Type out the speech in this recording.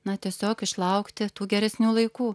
na tiesiog išlaukti tų geresnių laikų